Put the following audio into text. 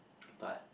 but